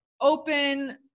open